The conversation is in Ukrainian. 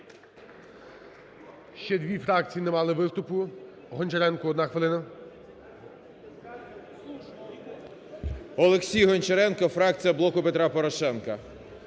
Олексій Гончаренко, фракція "Блоку Петра Порошенка".